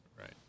Right